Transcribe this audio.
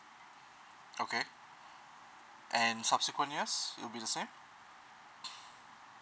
okay and subsequent years it will be the same